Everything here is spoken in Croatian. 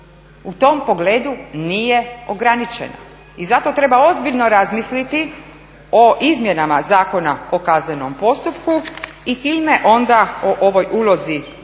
u tom pogledu nije ograničena. I zato treba ozbiljno razmisliti o Izmjenama zakona o kaznenom postupku i time ona o ovoj ulozi državnog